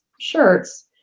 shirts